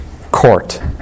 court